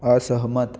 असहमत